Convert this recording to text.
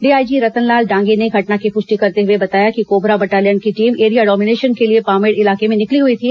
DIG Ratanlal Dangi ने घटना की पुष्टि करते हुए बताया कि कोबरा बटालियन की टीम एरिया डोमिनेशन के लिए पामेड़ इलाके में निकली हुई थी